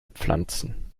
pflanzen